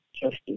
justice